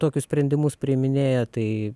tokius sprendimus priiminėja tai